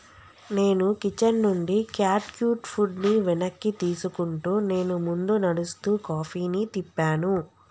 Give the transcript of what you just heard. నేను కిచెన్ నుండి cat cute ఫుడ్ని వెనక్కి తీసుకుంటూ నేను ముందు నడుస్తూ కాఫీని తిప్పాను